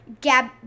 Gab